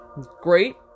great